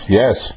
yes